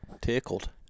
Tickled